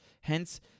Hence